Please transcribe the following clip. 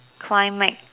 climax